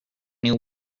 new